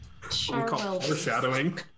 Foreshadowing